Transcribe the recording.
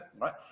Right